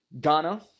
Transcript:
Ghana